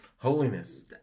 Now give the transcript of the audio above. Holiness